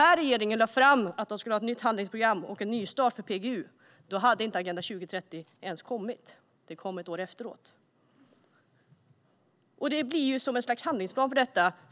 När regeringen presenterade att det skulle komma ett nytt handlingsprogram och en nystart för PGU hade Agenda 2030 inte kommit - den kom ett år efter det. Agenda 2030 blir ett slags handlingsplan.